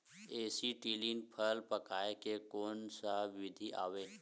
Acetylene फल पकाय के कोन सा विधि आवे?